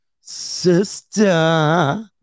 sister